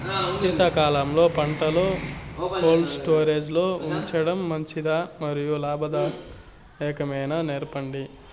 శీతాకాలంలో పంటలు cold storage లో ఉంచడం మంచిదా? మరియు లాభదాయకమేనా, సెప్పండి